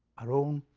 our own,